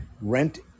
rent